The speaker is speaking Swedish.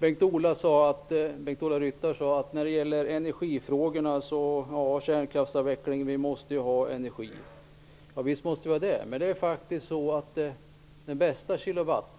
Bengt-Ola Ryttar sade apropå energifrågorna och kärnkraftsavvecklingen att vi ju måste ha energi. Visst måste vi ha det, men den bästa kilowatten